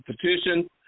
petition